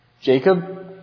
Jacob